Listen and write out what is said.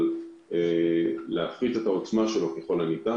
אבל צריך להפחית את העוצמה שלו ככל הניתן,